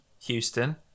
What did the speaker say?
Houston